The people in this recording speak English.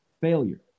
failure